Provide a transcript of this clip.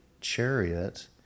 chariot